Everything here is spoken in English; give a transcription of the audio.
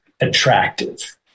attractive